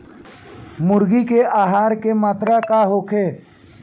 मुर्गी के आहार के मात्रा का होखे?